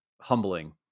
humbling